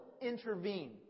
intervene